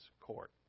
court